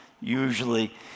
usually